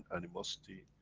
animosity,